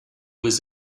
was